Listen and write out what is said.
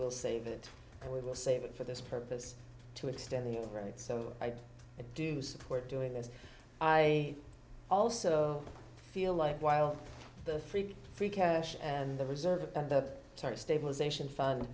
will save it and we will save it for this purpose to extend the right so i do support doing this i also feel like while the free free cash and the reserve a stabilization fund